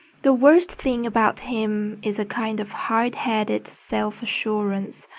the worst thing about him is a kind of hard-headed self-assurance.